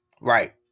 Right